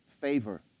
favor